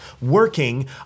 working